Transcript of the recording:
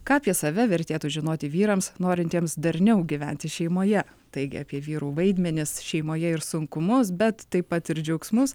ką apie save vertėtų žinoti vyrams norintiems darniau gyventi šeimoje taigi apie vyrų vaidmenis šeimoje ir sunkumus bet taip pat ir džiaugsmus